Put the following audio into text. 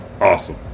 awesome